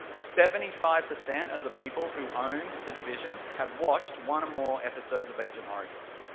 seventy five percent of the people who own the division, have watched one or more episodes of agent origins.